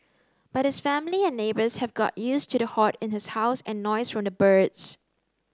but his family and neighbours have got used to the hoard in his house and noise from the birds